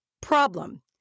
Problem